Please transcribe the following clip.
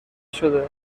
شده